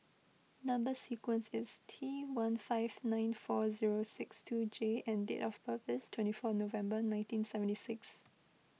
Number Sequence is T one five nine four zero six two J and date of birth is twenty four November nineteen seventy six